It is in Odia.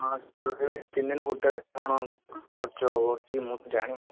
ହଁ ଟୋଟାଲି ତିନି ଦିନ ହୋଟେଲ୍ କଣ ଖର୍ଚ୍ଚ ହେବ କିଛି ମୁଁ ଜାଣିନି ତ